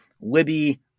Libby